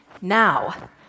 Now